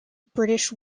british